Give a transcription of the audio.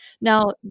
Now